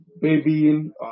babying